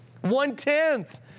One-tenth